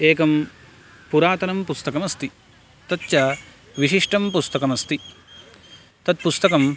एकं पुरातनं पुस्तकमस्ति तच्च विशिष्टं पुस्तकमस्ति तत् पुस्तकम्